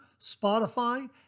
Spotify